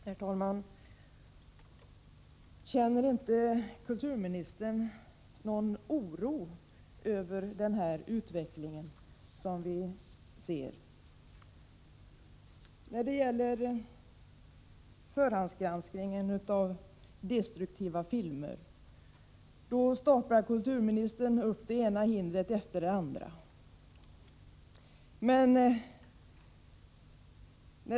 Herr talman! Känner inte kulturministern någon oro över den utveckling vi ser? När det gäller förhandsgranskningen av destruktiva filmer staplar kulturministern upp det ena hindret efter det andra.